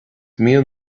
mian